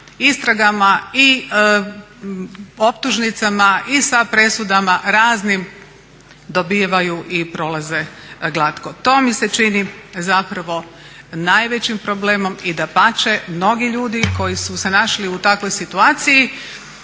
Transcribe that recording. istragama i optužnicama i sa presudama raznim dobivaju i prolaze glatko. To mi se čini zapravo najvećim problemom i dapače mnogi ljudi koji su se našli u takvoj situaciji